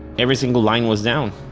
every single line was down.